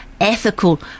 ethical